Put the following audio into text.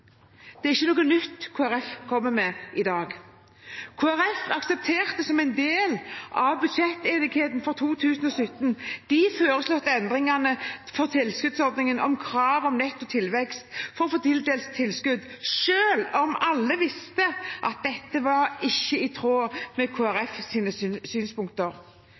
Det er ikke noe nytt Kristelig Folkeparti kommer med i dag. Kristelig Folkeparti aksepterte som en del av budsjettenigheten for 2017 de foreslåtte endringene for tilskuddsordningene om krav om netto tilvekst for å få tildelt tilskudd, selv om alle visste at dette ikke var i tråd med